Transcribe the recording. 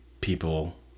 people